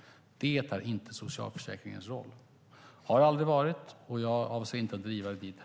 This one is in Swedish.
Det är inte socialförsäkringens roll. Det har det aldrig varit, och jag avser inte heller att driva det dit.